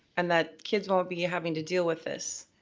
and that kids won't be having to deal with this.